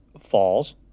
falls